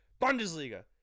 Bundesliga